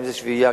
אם שביעייה,